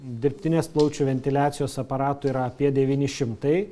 dirbtinės plaučių ventiliacijos aparatų yra apie devyni šimtai